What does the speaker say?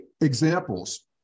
examples